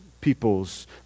peoples